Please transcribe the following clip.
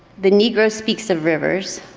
the negro speaks of rivers,